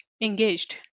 engaged